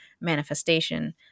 manifestation